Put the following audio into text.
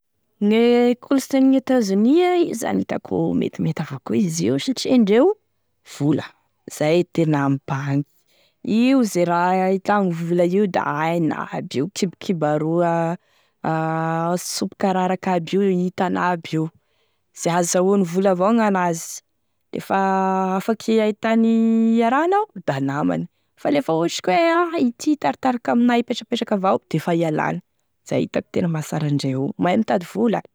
Gne kolosaine gn'États-Unis io zany dako metimety avao koa izy io satria indreo vola, izay e tena mibahagny io ze raha ahitagny vola io da hainy aby io, kibakibaroa a sopo kararaky aby io hitany aby io ze hahazahoany vola avao gn'anazy, lafa afaky ahitagny a raha anao da namany fa lefa ohatry ka hoe à ity hitaritariky ana hipetrapetraky avao da efa hialany, izay gn'itako tena mahasara andreo io, mahay mitady vola.